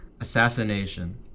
Assassination